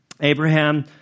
Abraham